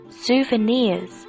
souvenirs